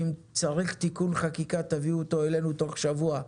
ואם צריך תיקון חקיקה, תביאו אותו אלינו תוך שבוע,